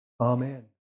Amen